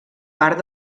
part